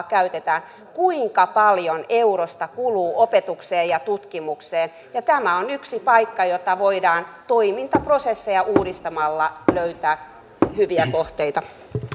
käytetään kuinka paljon eurosta kuluu opetukseen ja tutkimukseen ja tämä on yksi paikka josta voidaan toimintaprosesseja uudistamalla löytää hyviä kohteita